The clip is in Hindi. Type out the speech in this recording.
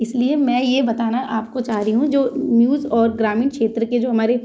इसलिए मैं ये बताना आपको चाह रही हूँ जो न्यूज़ और ग्रामीण क्षेत्र के जो हमारे